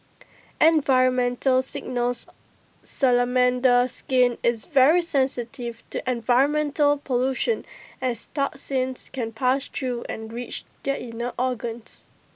environmental signals Salamander skin is very sensitive to environmental pollution as toxins can pass through and reach their inner organs